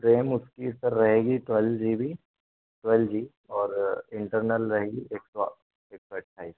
RAM उसकी sir रहेगी twelve G B twelve G और इंटरनल रहेगी एक सौ आठ एक सौ अट्ठाईस